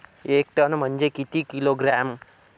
एक टन म्हनजे किती किलोग्रॅम?